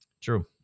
True